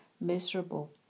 miserable